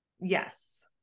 yes